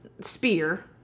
spear